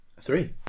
Three